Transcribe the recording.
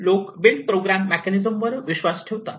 लोक built programs mechanism वर विश्वास ठेवतात